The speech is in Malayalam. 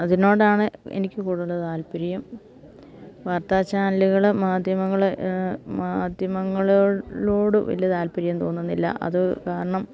അതിനോടാണ് എനിക്ക് കൂടുതൽ താൽപര്യം വാർത്താ ചാനലുകൾ മാധ്യമങ്ങൾ മാധ്യമങ്ങളോട് വലിയ താല്പര്യം തോന്നുന്നില്ല അതു കാരണം